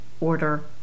order